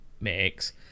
makes